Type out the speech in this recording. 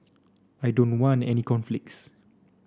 I don't want any conflicts